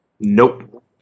Nope